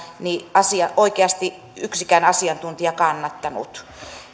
oikeasti yksikään asiantuntija kannattanut